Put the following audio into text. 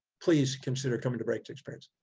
please consider coming to breakthrough experience.